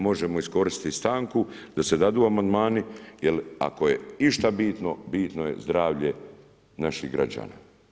Možemo iskoristiti stanku, da se dadu amandmani, jer ako je išta bitno, bitno je zdravlje naših građana.